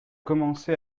commencé